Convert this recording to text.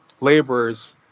laborers